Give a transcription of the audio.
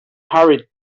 hurried